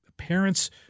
Parents